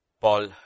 Paul